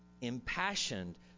impassioned